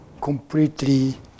completely